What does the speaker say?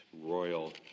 royal